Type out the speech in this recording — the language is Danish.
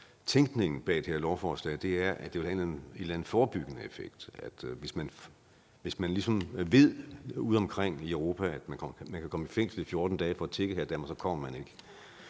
tænkningen bag det her lovforslag, er, at det vil have en eller anden forebyggende effekt, altså at hvis man udeomkring i Europa ligesom ved, at man kan komme i fængsel i 14 dage for at tigge her i Danmark, så kommer man ikke.